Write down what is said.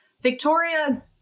Victoria